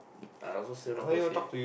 I also still not close to you